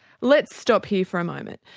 let's stop here for a moment.